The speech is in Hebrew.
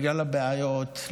בגלל הבעיות,